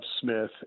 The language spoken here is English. Smith